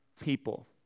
people